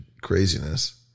craziness